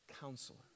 counselor